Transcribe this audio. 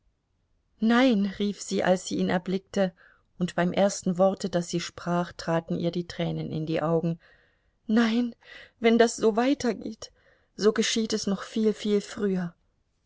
nein rief sie als sie ihn erblickte und beim ersten worte das sie sprach traten ihr die tränen in die augen nein wenn das so weitergeht so geschieht es noch viel viel früher